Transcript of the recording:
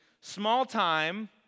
small-time